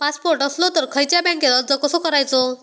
Passport असलो तर खयच्या बँकेत अर्ज कसो करायचो?